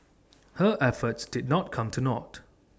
her efforts did not come to naught